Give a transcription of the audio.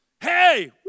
Hey